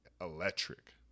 electric